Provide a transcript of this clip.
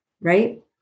right